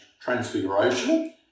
transfiguration